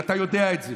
ואתה יודע את זה.